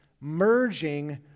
merging